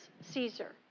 Caesar